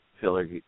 Filler